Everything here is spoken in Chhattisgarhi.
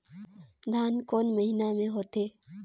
धान कोन महीना मे होथे?